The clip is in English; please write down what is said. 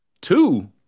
Two